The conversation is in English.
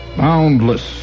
boundless